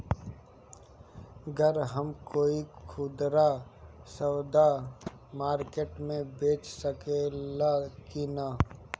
गर हम कोई खुदरा सवदा मारकेट मे बेच सखेला कि न?